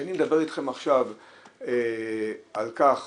כשאני מדבר איתכם עכשיו על כך